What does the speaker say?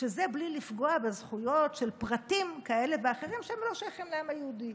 שזה בלי לפגוע בזכויות של פרטים כאלה ואחרים שהם לא שייכים לעם היהודי.